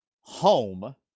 home